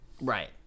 Right